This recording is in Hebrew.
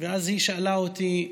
היא שאלה אותי: